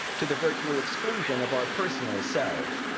to the virtual exclusion of our personal selves.